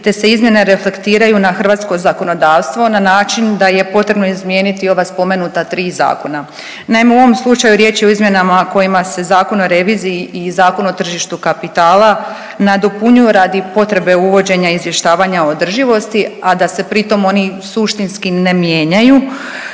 te se izmjene reflektiraju na hrvatsko zakonodavstvo na način da je potrebno izmijeniti ova spomenuta 3 zakona. Naime, u ovom slučaju riječ je o izmjenama kojima se Zakon o reviziji i Zakon o tržištu kapitala nadopunjuje radi potrebe uvođenja izvještavanja održivosti, a da se pritom oni suštinski ne mijenjaju,